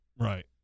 Right